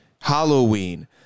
Halloween